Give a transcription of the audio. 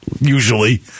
usually